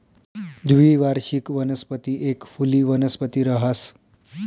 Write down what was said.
द्विवार्षिक वनस्पती एक फुली वनस्पती रहास